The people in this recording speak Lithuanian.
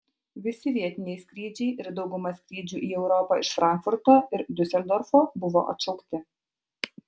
visi vietiniai skrydžiai ir dauguma skrydžių į europą iš frankfurto ir diuseldorfo buvo atšaukti